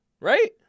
right